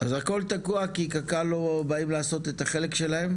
הכל תקוע כי קק"ל לא באים לעשות את החלק שלהם?